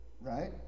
right